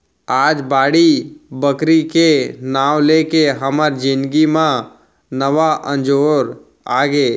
आज बाड़ी बखरी के नांव लेके हमर जिनगी म नवा अंजोर आगे